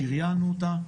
שריינו אותה,